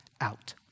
out